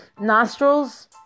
nostrils